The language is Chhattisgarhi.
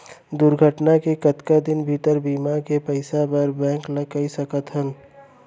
दुर्घटना के कतका दिन भीतर बीमा के पइसा बर बैंक ल कई सकथन?